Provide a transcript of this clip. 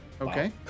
Okay